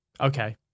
Okay